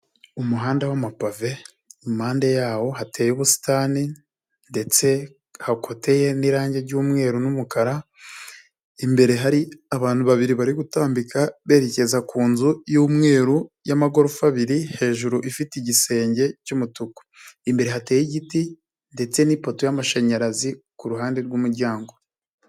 Umuhanda wamapave impande yawo hateye ubusitani ndetse hakoteye n'irangi ry'umweru n'umukara, imbere hari abantu babiri bari gutambika berekeza ku nzu y'umweru y'amagorofa abiri hejuru ifite igisenge cy'umutuku, imbere hateyeho igiti ndetse n'ipoto y'amashanyarazi ku ruhande rw'umuryango.